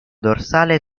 dorsale